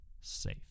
safe